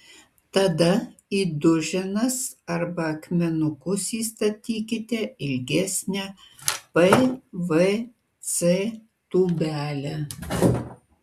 tada į duženas arba akmenukus įstatykite ilgesnę pvc tūbelę